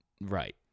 Right